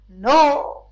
No